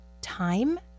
time